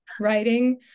writing